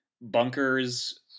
bunkers